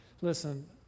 Listen